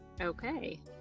okay